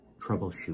troubleshoot